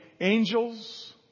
angels